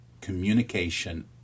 communication